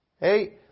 Hey